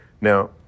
now